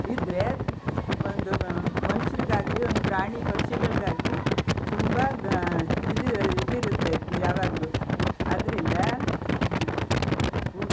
ಇದ್ದರೆ ಒಂದು ಮನುಷ್ರಿಗಾಗ್ಲೀ ಒಂದು ಪ್ರಾಣಿ ಪಕ್ಷಿಗಳಿಗಾಗ್ಲೀ ತುಂಬ ಇದು ಇದಿರುತ್ತೆ ಯಾವಾಗಲೂ ಆದ್ದರಿಂದ